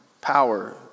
Power